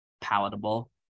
palatable